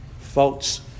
Folks